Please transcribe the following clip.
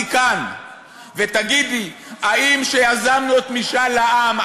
ותעמדי כאן ותגידי האם כשיזמנו את משאל העם,